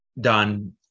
done